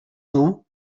cents